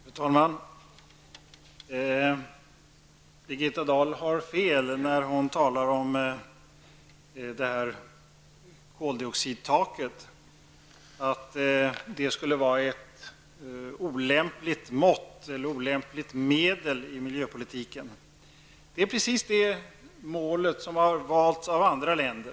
Fru talman! Birgitta Dahl har fel när hon talar om koldioxidtaket och att det skulle vara ett olämpligt medel att använda i miljöpolitiken. Det är precis det mål som har valts i andra länder.